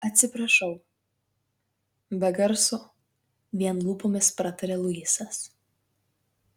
atsiprašau be garso vien lūpomis prataria luisas